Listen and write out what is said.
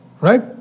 right